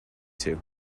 two